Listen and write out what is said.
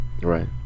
Right